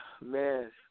man